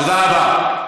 תודה רבה.